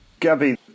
Gabby